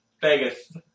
Vegas